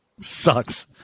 sucks